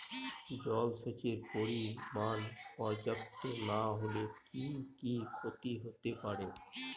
জলসেচের পরিমাণ পর্যাপ্ত না হলে কি কি ক্ষতি হতে পারে?